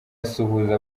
asuhuza